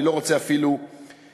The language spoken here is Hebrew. אני לא רוצה אפילו לדמיין.